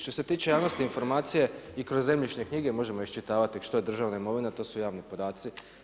Što se tiče javnosti informacije i kroz zemljišne knjige možemo iščitavati što je državna imovina, to su javni podaci.